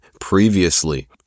previously